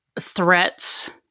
threats